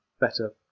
better